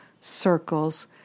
circles